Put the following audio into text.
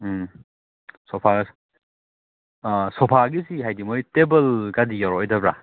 ꯎꯝ sofa ꯑꯥ ꯁꯣꯐꯥꯒꯤꯁꯤ ꯍꯥꯏꯗꯤ ꯃꯣꯏ ꯇꯦꯕꯜꯒꯗꯤ ꯌꯥꯎꯔꯛꯑꯣꯏꯗꯕ꯭ꯔꯥ